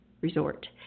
resort